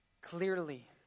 clearly